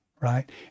right